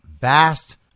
vast